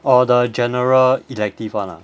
orh the general elective one ah